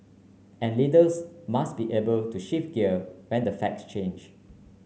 and leaders must be able to shift gear when the facts change